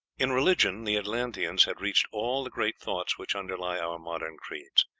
in religion the atlanteans had reached all the great thoughts which underlie our modern creeds.